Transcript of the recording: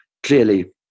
clearly